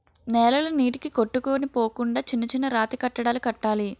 నేలలు నీటికి కొట్టుకొని పోకుండా చిన్న చిన్న రాతికట్టడాలు కట్టాలి